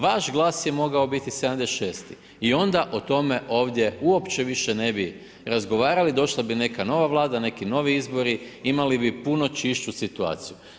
Vaš glas je mogao biti 76.-ti i onda o tome ovdje uopće više ne bi razgovarali, došla bi neka nova Vlada, neki novi izbori, imali bi puno čišću situaciju.